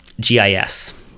GIS